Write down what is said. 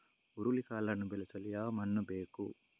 ಹುರುಳಿಕಾಳನ್ನು ಬೆಳೆಸಲು ಯಾವ ಮಣ್ಣು ಬೇಕು?